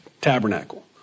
tabernacle